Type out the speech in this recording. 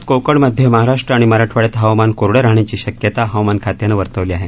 येत्या दोन दिवसात कोकण मध्य महाराष्ट्र आणि मराठवाडयात हवामान कोरडं राहण्याची शक्यता हवामान खात्यानं वर्तवली आहे